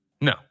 No